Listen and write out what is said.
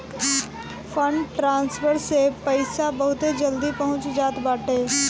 fund transfer से पईसा बहुते जल्दी पहुंच जात बाटे